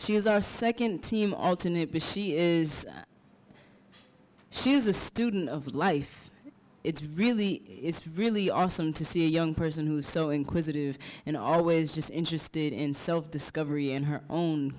she is our second team alternate but she is she is a student of life it's really it's really awesome to see a young person who is so inquisitive and always just interested in self discovery and her own